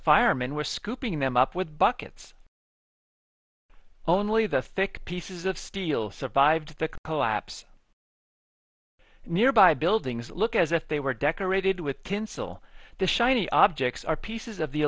firemen were scooping them up with buckets only the thick pieces of steel survived the collapse nearby buildings look as if they were decorated with tinsel the shiny objects are pieces of the